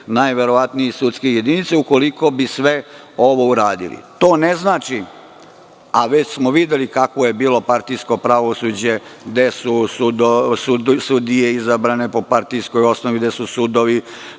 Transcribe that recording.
najverovatnije sudske jedinice ukoliko bi sve ovo uradili. Već smo videli kakvo je bilo partijsko pravosuđe, gde su sudije izabrane po partijskoj osnovi, gde su sudovi